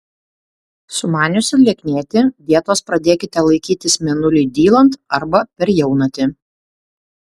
sumaniusi lieknėti dietos pradėkite laikytis mėnuliui dylant arba per jaunatį